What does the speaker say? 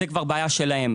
זו כבר בעיה שלו,